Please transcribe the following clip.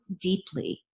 deeply